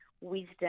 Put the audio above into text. wisdom